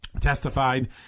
testified